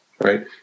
Right